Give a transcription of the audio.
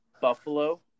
Buffalo